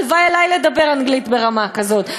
הלוואי עלי לדבר אנגלית ברמה כזאת.